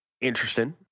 interesting